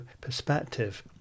perspective